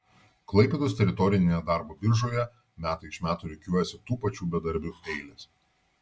klaipėdos teritorinėje darbo biržoje metai iš metų rikiuojasi tų pačių bedarbių eilės